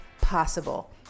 possible